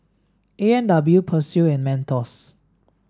A and W Persil and Mentos